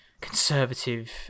conservative